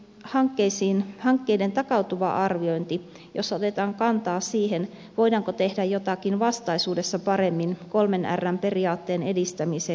lakiin sisältyy hankkeiden takautuva arviointi jossa otetaan kantaa siihen voidaanko tehdä jotakin vastaisuudessa paremmin kolmen rn periaatteen edistämiseksi